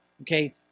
okay